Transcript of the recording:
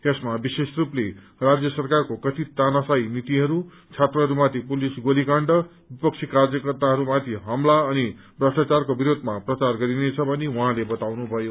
यसमा विशेष रूपले राज्य सरकारको कथित तानाशाही नीतिहय छात्रहरूमाथि पुलिस गोलीकाण्ड विपक्षी कार्यकर्त्ताहरूमाथि हमला अनि भ्रष्टाचारको विरोधमा प्रचार गरिनेछ भनी उहाँले बताउनुभयो